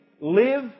live